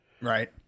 right